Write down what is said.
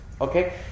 Okay